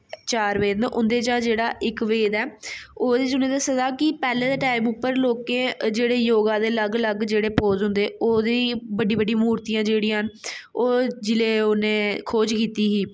चार भेद न उं'दे चा जेह्ड़ा इक भेद ऐ ओह्दे च उ'नें दस्से दा कि पैह्लें दे टाइम पर लोकें जेह्ड़े योगा दे अलग अलग जेह्ड़े पोज होंदे ओह्दी बड्डी बड्डी मूर्तियां जेह्ड़ियां न ओह् जिसले उ'नें खोज कीती ही